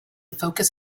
focus